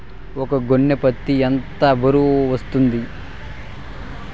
ఒక గోనె పత్తి ఎంత బరువు వస్తుంది?